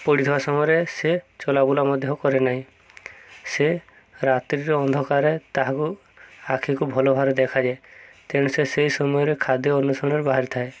ପଡ଼ିଥିବା ସମୟରେ ସେ ଚଲାବୁଲା ମଧ୍ୟ କରେ ନାହିଁ ସେ ରାତ୍ରରେ ଅନ୍ଧକାର ତାହାକୁ ଆଖିକୁ ଭଲ ଭାବରେ ଦେଖାଯାଏ ତେଣୁ ସେ ସେହି ସମୟରେ ଖାଦ୍ୟ ଅନ୍ୱେଷଣରେ ବାହାରିଥାଏ